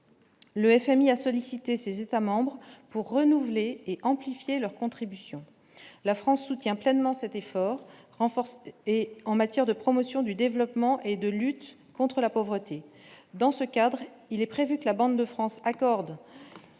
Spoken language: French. le FMI a sollicité ses États-membres pour renouveler et amplifier leur contribution, la France soutient pleinement cet effort renforce et en matière de promotion du développement et de lutte contre la pauvreté dans ce cadre, il est prévu que la Banque de France accorde